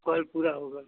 फल पूरा होगा